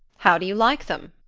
how do you like them?